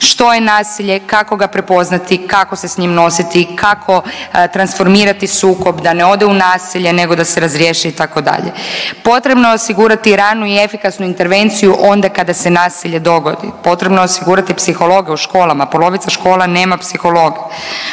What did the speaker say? Što je nasilje, kako ga prepoznati, kako se s njim nositi, kako transformirati sukob da ne ode u nasilje nego da se razriješi itd. Potrebno je osigurati ranu i efikasnu intervenciju onda kada se nasilje dogodi. Potrebno je osigurati psihologe u školama. Polovica škola nema psihologa.